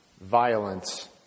violence